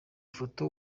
foto